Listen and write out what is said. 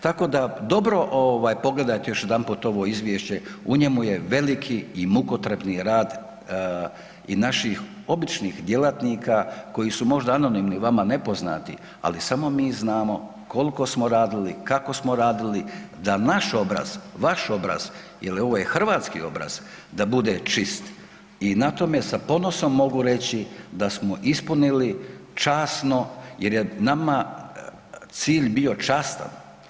Tako da dobro pogledajte još jedanput ovo izvješće, u njemu je veliki i mukotrpni rad i naših običnih djelatnika koji su možda anonimni, vama nepoznati ali samo mi znamo koliko smo radili, kako smo radili da naš obraz, vaš obraz jer ovo je hrvatski obraz, da bude čist i na tome sa ponosim mogu reći da smo ispunili časno jer je nama cilj bio častan.